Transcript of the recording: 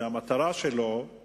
שהמטרה שלו היא